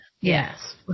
Yes